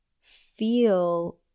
feel